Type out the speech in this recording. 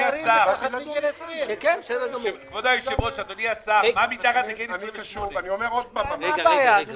לגבי צעירים מתחת לגיל 20. הרב גפני,